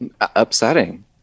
upsetting